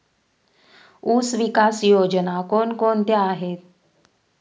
ऊसविकास योजना कोण कोणत्या आहेत?